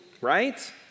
Right